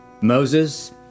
Moses